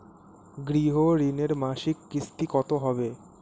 গৃহ ঋণের মাসিক কিস্তি কত হবে?